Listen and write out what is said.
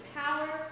power